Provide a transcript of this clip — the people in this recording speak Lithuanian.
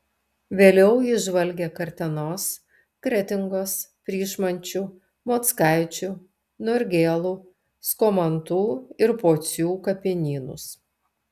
vėliau jis žvalgė kartenos kretingos pryšmančių mockaičių norgėlų skomantų ir pocių kapinynus